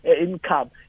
income